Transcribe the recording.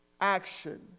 action